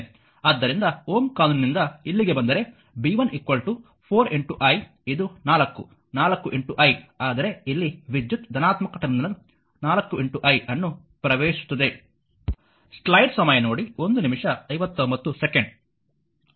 ಆದ್ದರಿಂದ Ω ಕಾನೂನಿನಿಂದ ಇಲ್ಲಿಗೆ ಬಂದರೆ b 1 4 i ಇದು 4 4 i ಆದರೆ ಇಲ್ಲಿ ವಿದ್ಯುತ್ ಧನಾತ್ಮಕ ಟರ್ಮಿನಲ್ 4 i ಅನ್ನು ಪ್ರವೇಶಿಸುತ್ತದೆ